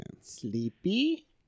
Sleepy